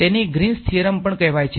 તેને Green's theorem પણ કહેવાય છે